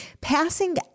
Passing